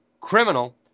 criminal